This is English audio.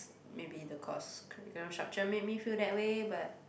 maybe the course curriculum structure make me feel that way but